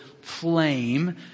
flame